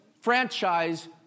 franchise